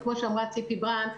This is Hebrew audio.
כמו שאמרה ציפי ברנד,